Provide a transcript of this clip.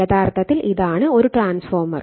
യഥാർത്ഥത്തിൽ ഇതാണ് ഒരു ട്രാൻസ്ഫോർമർ